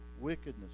wickedness